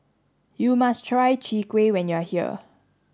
you must try Chwee Kueh when you are here